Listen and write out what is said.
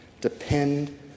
depend